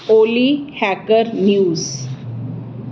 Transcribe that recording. Oli hacker news